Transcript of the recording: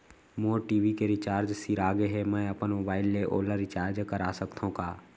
मोर TV के recharge सिरा गे हे, मैं अपन मोबाइल ले ओला रिचार्ज करा सकथव का?